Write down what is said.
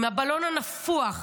עם הבלון הנפוח,